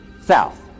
south